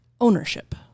ownership